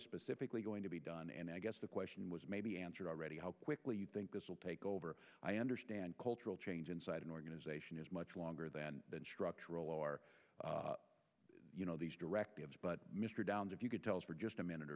is specifically going to be done and i guess the question was maybe answered already how quickly you think this will take over i understand cultural change inside an organization is much longer than structural or you know these directives but mr downs if you could tell us for just a minute